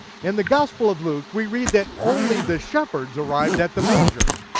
in the gospel of luke, we read that only the shepherds arrived at the manger.